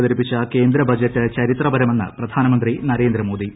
അവതരിപ്പിച്ച കേന്ദ്ര ബജറ്റ് ചരിത്രപരമെന്ന് പ്രധാനമന്ത്രി നരേന്ദ്രമോദി